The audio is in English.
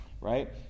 right